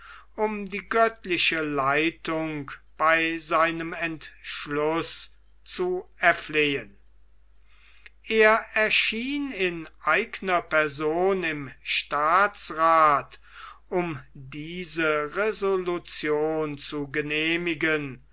um die göttliche leitung bei seinem entschluß zu erflehen er erschien in eigner person im staatsrath um diese resolution zu genehmigen